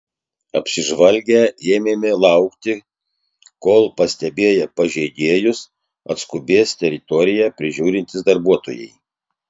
apsižvalgę ėmėme laukti kol pastebėję pažeidėjus atskubės teritoriją prižiūrintys darbuotojai